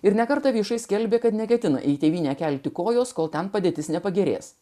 ir ne kartą viešai skelbė kad neketino į tėvynę kelti kojos kol ten padėtis nepagerės